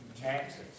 Taxes